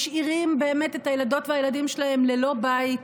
משאירים את הילדות והילדים שלהם ללא בית,